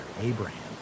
Abraham